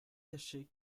cacher